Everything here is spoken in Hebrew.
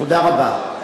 תודה רבה.